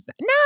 no